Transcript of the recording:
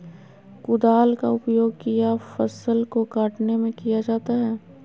कुदाल का उपयोग किया फसल को कटने में किया जाता हैं?